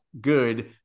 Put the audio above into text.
good